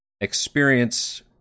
experience